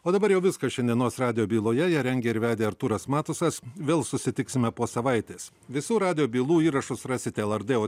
o dabar jau viskas šiandienos radijo byloje ją rengė ir vedė artūras matusas vėl susitiksime po savaitės visų radijo bylų įrašus rasite lrd